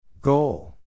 Goal